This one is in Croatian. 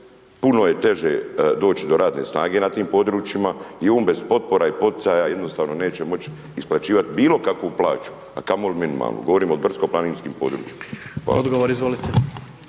puno je teže doći do radne snage na tim područjima i on bez potpora i poticaja jednostavno neće moći isplaćivati bilo kakvu plaću a kamoli minimalnu, govorim o brdsko planinskim područjima.